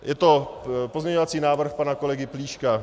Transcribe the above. Je to pozměňovací návrh pana kolegy Plíška.